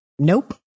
Nope